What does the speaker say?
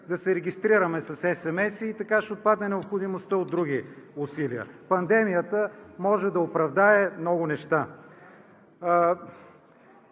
да се регистрираме с есемеси. Така ще отпадне необходимостта от други усилия. Пандемията може да оправдае много неща!